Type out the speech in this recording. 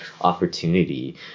opportunity